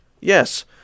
Yes